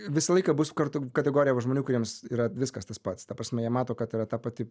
visą laiką bus kartu kategorija žmonių kuriems yra viskas tas pats ta prasme jie mato kad yra ta pati